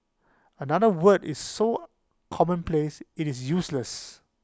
another word is so commonplace is useless